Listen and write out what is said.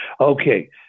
Okay